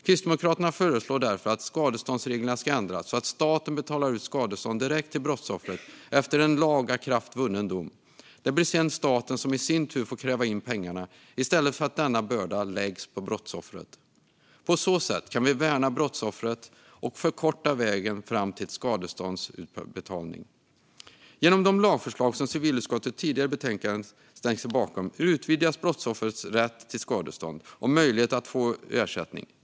Kristdemokraterna föreslår därför att skadeståndsreglerna ska ändras så att staten betalar ut skadestånd direkt till brottsoffret efter en lagakraftvunnen dom. Det blir sedan staten som i sin tur får kräva in pengarna i stället för att denna börda läggs på brottsoffret. På så sätt kan vi värna brottsoffret och förkorta vägen fram till skadeståndsutbetalningen. Genom de lagförslag som civilutskottet tidigare i betänkandet ställt sig bakom utvidgas brottsoffers rätt till skadestånd och möjligheten att få ersättning.